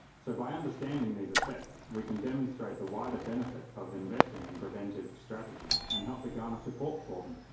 so by understanding these effects we can demonstrate the wider benefit of investing in preventative strategies and help to garner support for them.